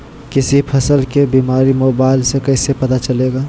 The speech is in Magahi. किसी फसल के बीमारी मोबाइल से कैसे पता चलेगा?